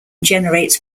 generates